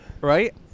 Right